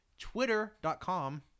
twitter.com